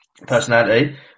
personality